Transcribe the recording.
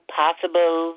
possible